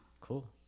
Cool